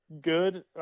good